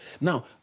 Now